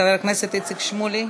חבר הכנסת איציק שמולי,